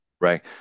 right